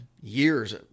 years